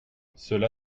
cela